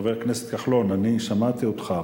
חבר הכנסת כחלון, אני שמעתי אותך.